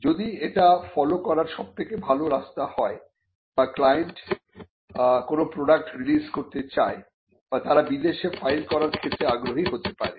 যদি এটা ফলো করার সবথেকে ভালো রাস্তা হয় বা ক্লায়েন্ট কোন প্রোডাক্ট রিলিজ করতে চায় বা তারা বিদেশে ফাইল করার ক্ষেত্রে আগ্রহী হতে পারে